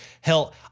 Hell